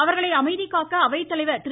அவர்களை அமைதிகாக்க அவைத்தலைவர் திரு